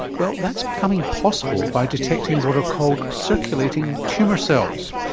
well, that's becoming possible by detecting what are called circulating tumour cells.